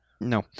No